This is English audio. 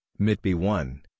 MITB1